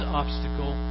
obstacle